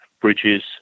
bridges